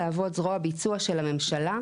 להוות זרוע ביצוע של הממשלה.